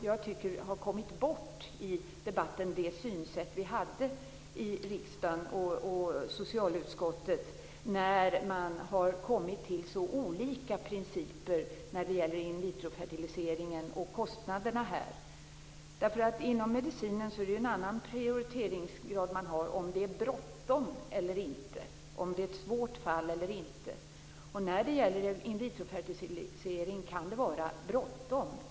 Jag tycker att det synsätt vi hade i riksdagen och i socialutskottet har kommit bort i debatten när man har kommit till så olika principer när det gäller in vitro-fertiliseringen och kostnaderna för den. En annan prioriteringsgrad som man har inom medicinen är ju om det är bråttom eller inte, om det är ett svårt fall eller inte. När det gäller in vitrofertilisering kan det vara bråttom.